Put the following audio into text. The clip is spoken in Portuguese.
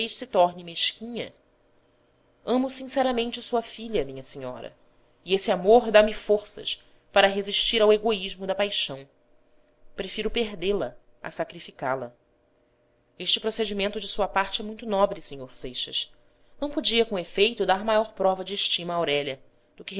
se torne mesquinha amo sinceramente sua filha minha senhora e esse amor dá-me forças para resistir ao egoísmo da paixão prefiro perdê-la a sacrificá la este procedimento de sua parte é muito nobre sr seixas não podia com efeito dar maior prova de estima a aurélia